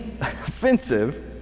offensive